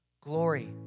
glory